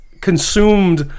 consumed